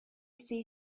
see